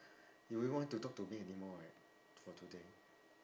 you won't want to talk to me anymore right for today